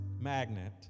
magnet